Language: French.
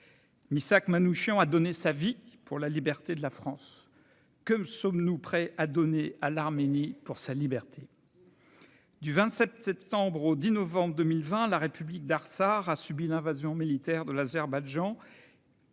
Missak Manouchian a donné sa vie pour la liberté de la France. Que sommes-nous prêts à donner à l'Arménie pour sa liberté ? Du 27 septembre au 10 novembre 2020, la République d'Artsakh a subi l'invasion militaire de l'Azerbaïdjan,